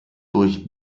durch